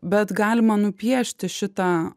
bet galima nupiešti šitą